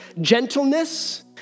Gentleness